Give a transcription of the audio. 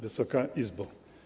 Wysoka Izbo!